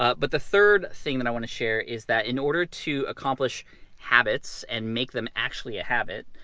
ah but the third thing that i wanna share is that in order to accomplish habits and make them actually a habit,